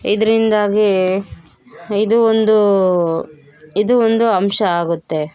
ಇದ್ರಿಂದಾಗಿ ಇದು ಒಂದು ಇದು ಒಂದು ಅಂಶ ಆಗುತ್ತೆ